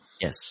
Yes